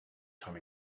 time